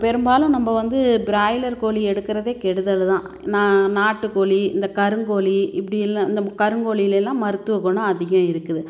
பெரும்பாலும் நம்ம வந்து ப்ராய்லர் கோழி எடுக்கிறதே கெடுதல் தான் நான் நாட்டுக்கோழி இந்த கருங்கோழி இப்படி எல்லாம் இந்த கருங்கோழிலெல்லாம் மருத்துவ குணம் அதிகம் இருக்குது